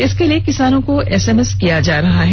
इसके लिए किसानों को एसएमएस किया जा रहा है